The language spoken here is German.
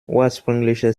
ursprünglicher